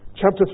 Chapter